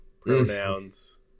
pronouns